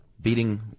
beating